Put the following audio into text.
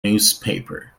newspaper